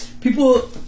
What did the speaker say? People